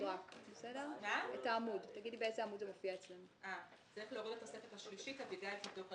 אתם באים אלינו עם